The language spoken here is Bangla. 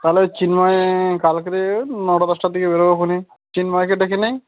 তাহলে ওই চিন্ময় কালকেরে এই নটা দশটার দিকে বেরবো খনে চিন্ময়কে ডেকে নেই